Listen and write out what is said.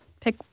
pick